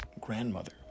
grandmother